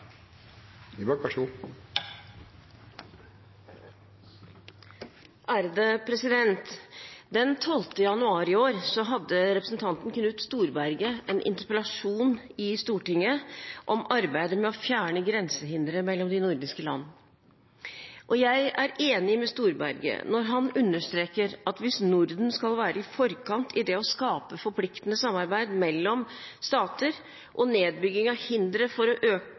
Knut Storberget en interpellasjon i Stortinget om arbeidet med å fjerne grensehindre mellom de nordiske land. Jeg er enig med Storberget når han understreker at hvis Norden skal være i forkant i det å skape forpliktende samarbeid mellom stater og nedbygging av hindre for økt samhandling, må man fortsette å